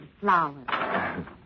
flowers